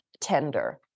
tender